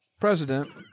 president